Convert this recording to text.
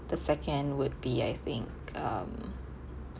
the second would be I think um